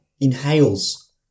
inhales